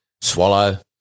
swallow